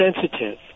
sensitive